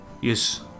Yes